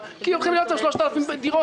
מדובר על כך שחסרים 40 מיליון שקלים.